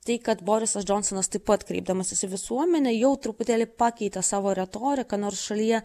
tai kad borisas džonsonas taip pat kreipdamasis į visuomenę jau truputėlį pakeitė savo retoriką nors šalyje